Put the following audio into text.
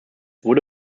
wurde